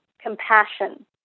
compassion